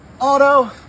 auto